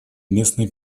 местной